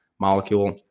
molecule